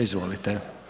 Izvolite.